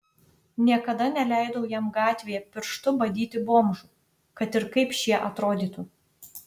niekada neleidau jam gatvėje pirštu badyti bomžų kad ir kaip šie atrodytų